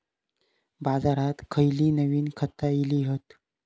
बाजारात खयली नवीन खता इली हत?